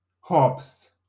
hops